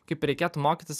kaip ir reikėtų mokytis